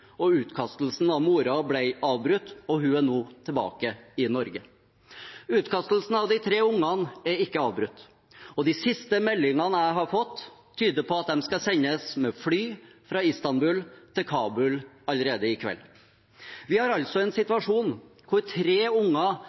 Kabul. Utkastelsen av moren ble avbrutt, og hun er nå tilbake i Norge. Utkastelsen av de tre barna er ikke avbrutt, og de siste meldingene jeg har fått, tyder på at de skal sendes med fly fra Istanbul til Kabul allerede i kveld. Vi har altså en situasjon hvor tre